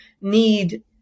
need